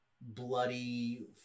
bloody